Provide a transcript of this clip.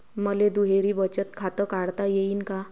मले दुहेरी बचत खातं काढता येईन का?